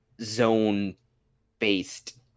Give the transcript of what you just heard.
zone-based